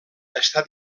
està